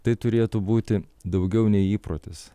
tai turėtų būti daugiau nei įprotis